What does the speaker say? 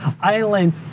island